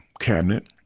cabinet